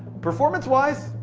performance-wise,